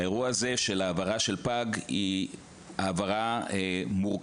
האירוע הזה של העברה של פג הוא העברה מורכבת.